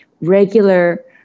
regular